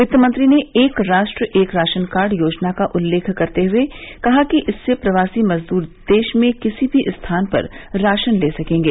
वित्त मंत्री ने एक राष्ट्र एक राशन कार्ड योजना का उल्लेख करते हुए कहा कि इससे प्रवासी मजदूर देश में किसी भी स्थान पर राशन ले सकेंगे